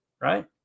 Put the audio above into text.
right